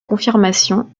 confirmation